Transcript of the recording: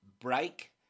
break